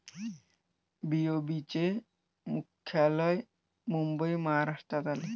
BOB चे मुख्यालय मुंबई महाराष्ट्रात आहे